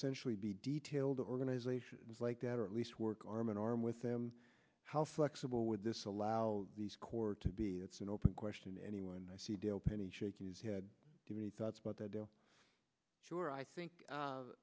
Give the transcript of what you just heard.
essentially be detailed organizations like that or at least work arm in arm with them how flexible with this allow these cord to be it's an open question anyone i see develop any shaking his head to any thoughts about that sure i think